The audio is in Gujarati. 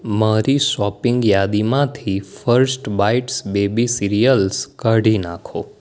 મારી શોપિંગ યાદીમાંથી ફર્સ્ટ બાઇટ્સ બેબી સીરીઅલ્સ કાઢી નાખો